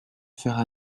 faire